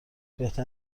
بهتر